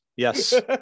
Yes